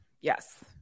Yes